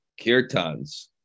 kirtans